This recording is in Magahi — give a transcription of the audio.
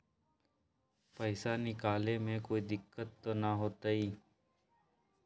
पैसा निकाले में कोई दिक्कत त न होतई?